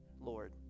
Lord